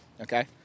Okay